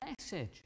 message